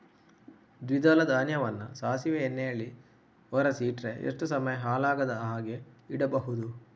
ದ್ವಿದಳ ಧಾನ್ಯವನ್ನ ಸಾಸಿವೆ ಎಣ್ಣೆಯಲ್ಲಿ ಒರಸಿ ಇಟ್ರೆ ಎಷ್ಟು ಸಮಯ ಹಾಳಾಗದ ಹಾಗೆ ಇಡಬಹುದು?